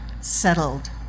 settled